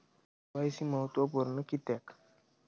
KYC महत्त्वपुर्ण किद्याक?